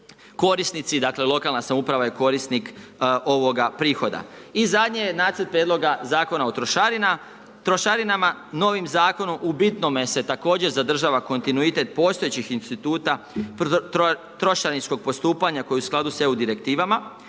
korisnici, dakle lokalna samouprava je korisnik ovoga prihoda. I zadnje je nacrt prijedloga Zakona o trošarinama. Novim Zakonom u bitnom se također zadržava kontinuitet postojećih instituta trošarinskog postupanja koji je u skladu s EU direktivama.